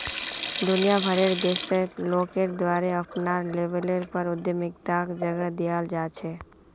दुनिया भरेर देशत लोगेर द्वारे अपनार लेवलेर पर उद्यमिताक जगह दीयाल जा छेक